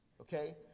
Okay